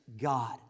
God